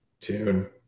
Tune